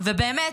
ובאמת,